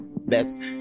best